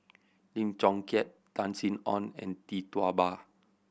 Lim Chong Keat Tan Sin Aun and Tee Tua Ba